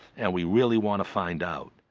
and we really want to find out.